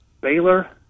Baylor